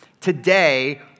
today